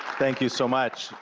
thank you so much.